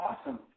awesome